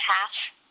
half